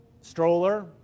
Stroller